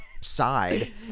side